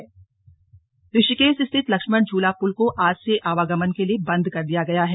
slug Lakshman Jhula पुल ऋषिकेश स्थित लक्ष्मण झूला पुल को आज से आवागमन के लिए बन्द कर दिया गया है